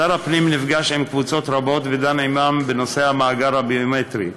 שר הפנים נפגש עם קבוצות רבות ודן עמן בנושא המאגר הביומטרי,